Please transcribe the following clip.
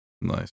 Nice